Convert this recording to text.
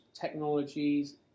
technologies